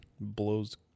blows